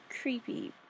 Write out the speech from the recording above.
creepy